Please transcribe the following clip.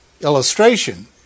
illustration